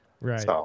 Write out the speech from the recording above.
Right